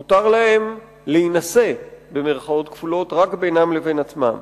מותר להם "להינשא" רק בינם לבין עצמם.